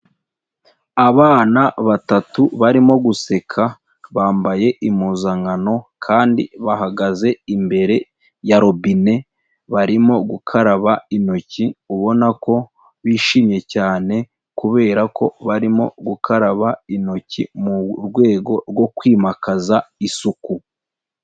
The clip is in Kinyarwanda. Abana batatu barimo guseka, bambaye impuzankano kandi bahagaze imbere ya robine, barimo gukaraba intoki ubona ko bishimye cyane kubera ko barimo gukaraba intoki mu rwego rwo kwimakaza isuku.